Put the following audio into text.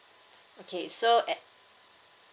okay so at